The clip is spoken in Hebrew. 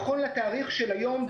נכון לתאריך היום,